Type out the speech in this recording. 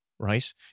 right